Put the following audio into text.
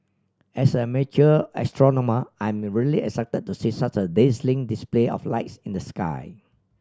as amateur astronomer I am really excited to see such a dazzling display of lights in the sky